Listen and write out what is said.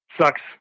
Sucks